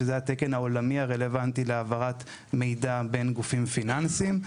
שזה התקן העולמי הרלוונטי להעברת מידע בין גופים פיננסיים.